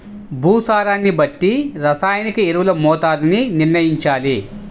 భూసారాన్ని బట్టి రసాయనిక ఎరువుల మోతాదుని నిర్ణయంచాలి